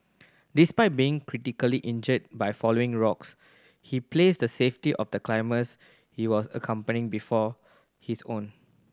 despite being critically injured by falling rocks he placed the safety of the climbers he was accompanying before his own